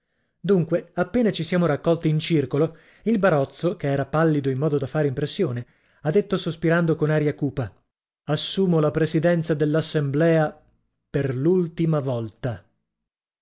dunque appena ci siamo raccolti in circolo il barozzo che era pallido in modo da fare impressione ha detto sospirando con aria cupa assumo la presidenza dell'assemblea per l'ultima volta